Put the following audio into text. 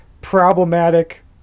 problematic